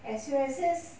S_U_S_S